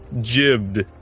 jibbed